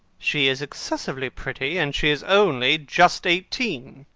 she is excessively pretty, and she is only just eighteen.